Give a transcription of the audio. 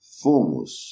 fomos